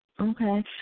Okay